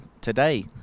today